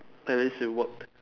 at least you worked